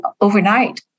overnight